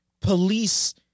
police